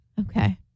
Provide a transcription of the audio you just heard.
Okay